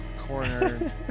corner